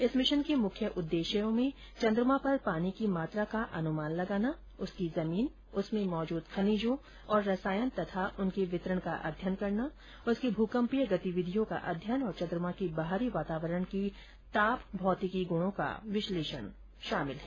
इस मिशन के मुख्य उददेश्यों में चंद्रमा पर पानी की मात्रा का अनुमान लगाना उसकी जमीन उसमें मौजूद खनिजों और रसायनों तथा उनके वितरण का अध्ययन करना उसकी भुकंपीय गतिविधियों का अध्ययन और चेंद्रमा के बाहरी वातावरण की ताप भौतिकी गुणों का विश्लेषण है